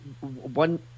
one